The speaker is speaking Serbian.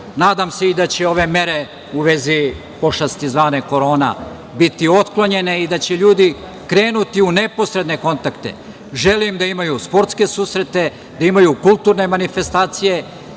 se da će ove mere u vezi pošasti zvane korona biti otklonjene i da će ljudi krenuti u neposredne kontakte. Želim da imaju sportske susrete, da imaju kulturne manifestacije.